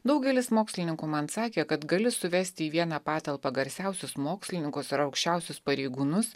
daugelis mokslininkų man sakė kad gali suvesti į vieną patalpą garsiausius mokslininkus ir aukščiausius pareigūnus